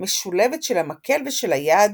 משולבת של המקל ושל היד